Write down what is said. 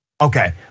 Okay